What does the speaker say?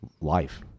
life